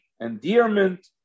endearment